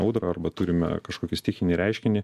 audrą arba turime kažkokį stichinį reiškinį